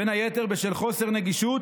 בין היתר בשל חוסר נגישות